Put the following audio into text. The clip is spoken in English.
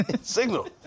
Signal